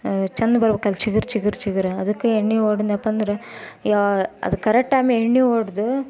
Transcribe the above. ಚಂದ ಬರ್ಬೇಕಲ್ಲ ಚಿಗರು ಚಿಗರು ಚಿಗರು ಅದಕ್ಕೆ ಎಣ್ಣೆ ಹೊಡೆದ್ನಪ್ಪ ಅಂದ್ರೆ ಯಾವ ಅದು ಕರೆಟ್ ಟೈಮ್ ಎಣ್ಣೆ ಹೊಡ್ದು